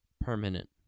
permanent